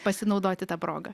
pasinaudoti ta proga